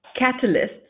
catalysts